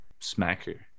smacker